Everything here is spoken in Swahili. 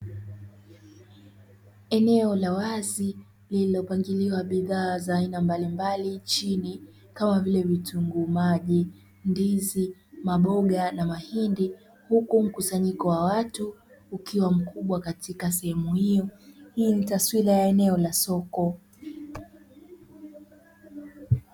Eneo la wazi lililopangiliwa bidhaa za aina mbalimbali chini kama vile: vitunguu maji, ndizi, maboga na mahindi; huku mkusanyiko wa watu ukiwa mkubwa katika sehemu hiyo, hii ni taswira eneo la soko.